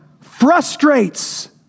frustrates